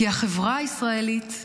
כי החברה הישראלית,